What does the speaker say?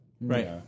Right